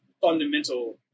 fundamental